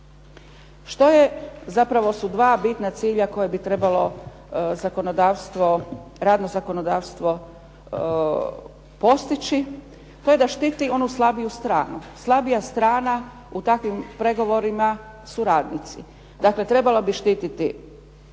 su dva bitna cilja koje bi trebalo zakonodavstvo, radno zakonodavstvo postići. To je da štiti onu slabiju stranu. Slabija strana u takvim pregovorima su radnici.